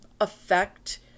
affect